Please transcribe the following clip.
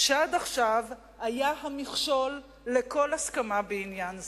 שעד עכשיו היה המכשול לכל הסכמה בעניין זה.